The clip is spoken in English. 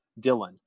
Dylan